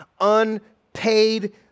unpaid